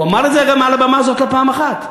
הוא אמר את זה גם מעל הבמה הזאת לא פעם אחת.